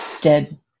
Dead